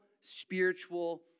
spiritual